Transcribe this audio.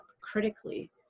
critically